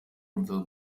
unsere